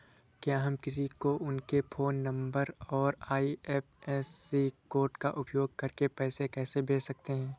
क्या हम किसी को उनके फोन नंबर और आई.एफ.एस.सी कोड का उपयोग करके पैसे कैसे भेज सकते हैं?